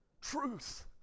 Truth